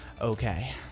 okay